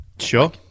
Sure